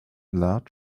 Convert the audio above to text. large